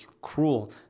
cruel